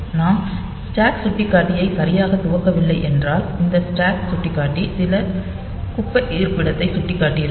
நாம் ஸ்டாக் சுட்டிக்காட்டி ஐச் சரியாக துவக்கவில்லை என்றால் இந்த ஸ்டாக் சுட்டிக்காட்டி சில குப்பை இருப்பிடத்தை சுட்டிக்காட்டி இருக்கும்